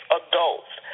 adults